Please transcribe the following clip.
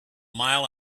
mile